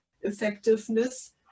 effectiveness